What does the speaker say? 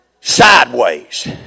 sideways